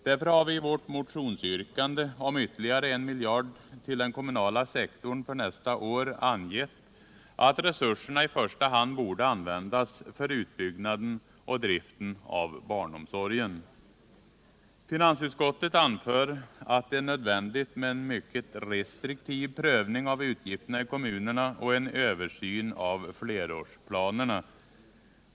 Därför har vi i vårt motionsyrkande om ytterligare 1 miljard till den kommunala sektorn för nästa år angett att resurserna i första hand borde användas för utbyggnaden och driften av barnomsorgen. 85 Finansutskottet anför att det är nödvändigt med en mycket restriktiv prövning av utgifterna i kommunerna liksom med en översyn av flerårsplanerna.